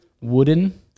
Wooden